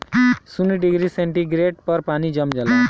शून्य degree centigrade पर पानी जम जाला